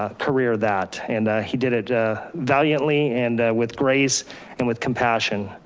ah career that. and he did it ah valiantly and with grace and with compassion.